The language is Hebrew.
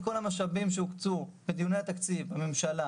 כל המשאבים שהוקצו בדיונים התקציב בממשלה